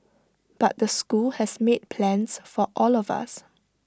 but the school has made plans for all of us